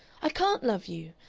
i can't love you.